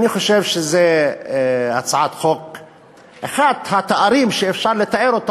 אני חושב שזו הצעה שאחד התארים שאפשר לתת לה,